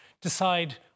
decide